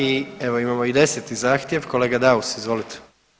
I evo imamo i 10. zahtjev, kolega Daus izvolite.